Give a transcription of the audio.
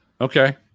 Okay